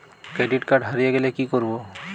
Credit card হারিয়ে গেলে কি করব?